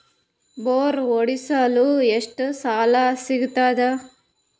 Bore ಹೊಡೆಸಲು ಎಷ್ಟು ಸಾಲ ಸಿಗತದ?